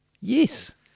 Yes